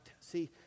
See